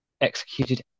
executed